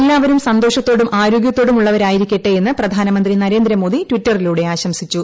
എല്ലാവരും സന്തോഷത്തോടും ആരോഗ്യത്തോടുമുള്ളവര്ായിരിക്കട്ടെയെന്ന് പ്രധാനമന്ത്രി നരേന്ദ്രമോദി ട്വീറ്റ്റിലൂടെട്ട ആശംസിച്ചു